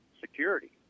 security